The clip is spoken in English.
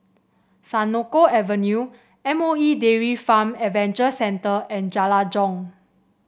Senoko Avenue M O E Dairy Farm Adventure Centre and Jalan Jong